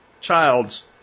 child's